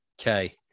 Okay